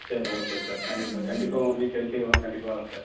சரி okay sir thank you sir கண்டிப்பாக one week கழிச்சு வரோம் கண்டிப்பாக வரோம் சார்